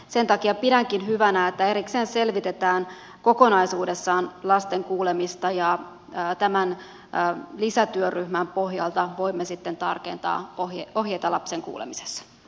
sen takia pidänkin hyvänä että erikseen selvitetään kokonaisuudessaan lasten kuulemista ja tämän lisätyöryhmän pohjalta voimme sitten tarkentaa ohjeita lapsen kuulemisessa